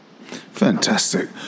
Fantastic